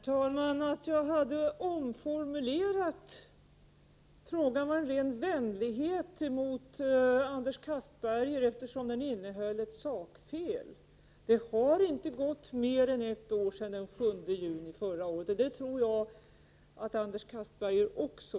Herr talman! Min omformulering av frågan var en ren vänlighet gentemot Anders Castberger, eftersom frågan innehöll ett sakfel. Det har inte gått mer än ett år sedan den 7 juni förra året, och det tror jag att Anders Castberger vet också.